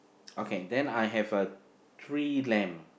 okay then I have a three lamb